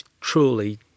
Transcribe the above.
truly